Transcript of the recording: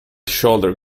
shoulder